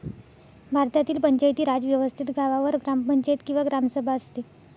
भारतातील पंचायती राज व्यवस्थेत गावावर ग्रामपंचायत किंवा ग्रामसभा असते